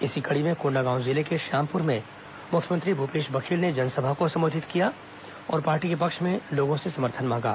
इसी कड़ी में कोंडागांव जिले के श्यामपुर में मुख्यमंत्री भूपेश बघेल ने जनसभा को संबोधित किया और पार्टी के पक्ष में लोगों से समर्थन मांगा